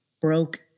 broke